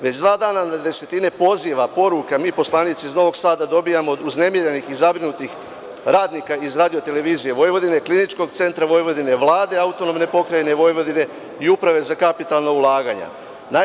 Već dva dana desetine poziva, poruka, mi poslanici iz Novog Sada dobijamo od uznemirenih i zabrinutih radnika iz RTV Vojvodine, Kliničkog centra Vojvodine, Vlade AP Vojvodine iUprave za kapitalna ulaganja.